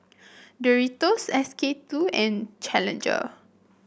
Doritos S K two and Challenger